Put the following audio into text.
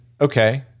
Okay